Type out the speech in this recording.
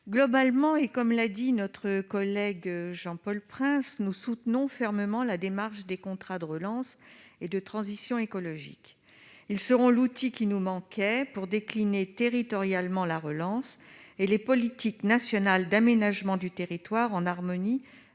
Globalement, comme l'a dit Jean-Paul Prince, nous soutenons fermement les contrats de relance et de transition écologique. Ils seront l'outil qui nous manquait pour décliner territorialement la relance et les politiques nationales d'aménagement du territoire, en harmonie